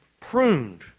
pruned